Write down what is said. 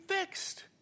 fixed